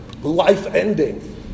Life-ending